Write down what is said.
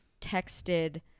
texted